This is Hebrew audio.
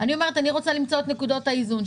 אני רוצה למצוא את נקודות האיזון.